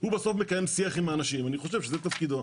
הוא מקיים שיח עם האנשים, אני חושב שזה תפקידו.